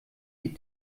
die